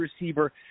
receiver